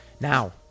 Now